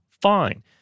fine